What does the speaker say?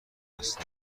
هستم